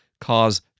cause